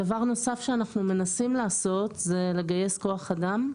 דבר נוסף שאנחנו מנסים לעשות זה לגייס כוח אדם.